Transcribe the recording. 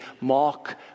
mark